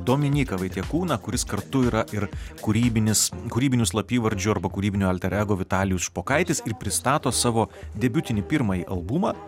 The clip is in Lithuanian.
dominyką vaitiekūną kuris kartu yra ir kūrybinis kūrybiniu slapyvardžiu arba kūrybiniu alter ego vitalijus špokaitis ir pristato savo debiutinį pirmąjį albumą